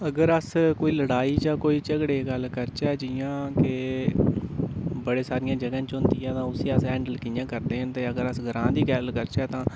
अगर अस कोई लड़ाई जां कोई झगड़े दी गल्ल करचै जियां कि बड़े सारियां जगहें च होंदी ऐ उसी अस हैंडल कि'यां करदे न ते अगर अस ग्रांऽ दी गल्ल करचै तां